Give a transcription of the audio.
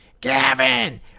Gavin